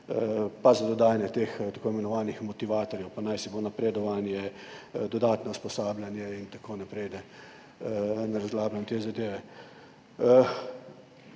tudi dodajanje teh tako imenovanih motivatorjev, pa naj si bo napredovanje, dodatno usposabljanje in tako naprej, da ne razlagam teh zadev.